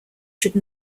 should